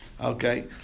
okay